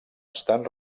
estan